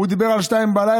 הוא דיבר על 02:00,